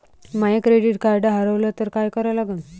माय credit card हारवलं तर काय करा लागन?